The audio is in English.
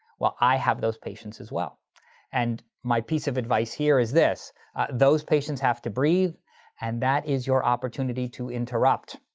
well i have those patients as well and my piece of advise here is this those patients have to breathe and that is your opportunity to interrupt.